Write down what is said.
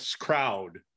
crowd